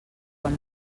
quan